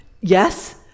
yes